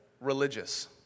religious